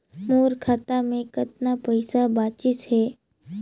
मोर खाता मे कतना पइसा बाचिस हे?